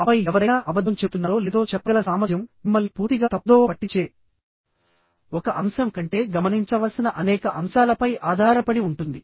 ఆపై ఎవరైనా అబద్ధం చెబుతున్నారో లేదో చెప్పగల సామర్థ్యం మిమ్మల్ని పూర్తిగా తప్పుదోవ పట్టించే ఒక అంశం కంటే గమనించవలసిన అనేక అంశాలపై ఆధారపడి ఉంటుంది